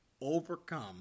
overcome